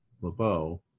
Lebeau